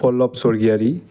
परलब सरगियारि